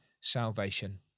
salvation